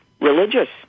religious